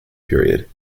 period